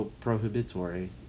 prohibitory